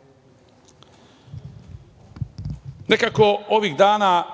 narod. Nekako, ovih dana